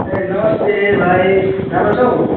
ए नमस्ते भाइ राम्रो छौ